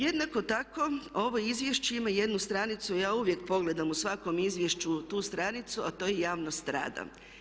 Jednako tako ovo izvješće ima jednu stranicu, ja uvijek pogledam u svakom izvješću tu stranicu a to je javnost rada.